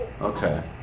Okay